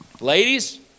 Ladies